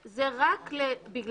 חברים.